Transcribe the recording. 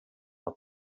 der